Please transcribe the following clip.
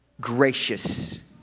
gracious